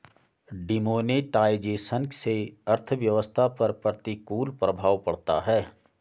demonetisation से अर्थव्यवस्था पर प्रतिकूल प्रभाव पड़ता है